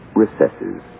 recesses